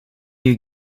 you